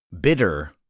Bitter